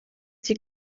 die